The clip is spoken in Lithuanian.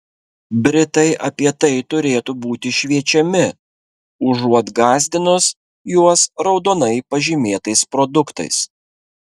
britai apie tai turėtų būti šviečiami užuot gąsdinus juos raudonai pažymėtais produktais